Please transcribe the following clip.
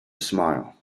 smile